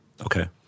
Okay